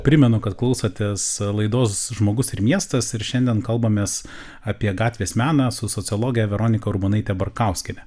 primenu kad klausotės laidos žmogus ir miestas ir šiandien kalbamės apie gatvės meną su sociologe veronika urbonaite barkauskiene